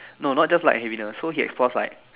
no not just light heaviness so he explores like